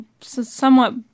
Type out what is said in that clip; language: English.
Somewhat